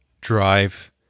drive